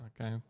Okay